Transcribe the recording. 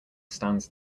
stands